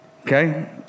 okay